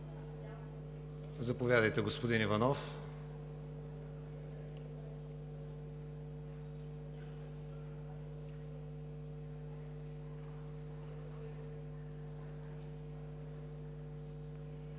Заповядайте, господин Иванов.